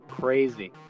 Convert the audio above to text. Crazy